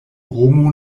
homo